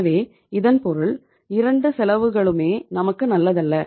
எனவே இதன் பொருள் இரண்டு செலவுகளுமே நாமக்கு நல்லதல்ல